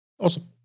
Awesome